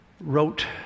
wrote